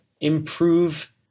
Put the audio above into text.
improve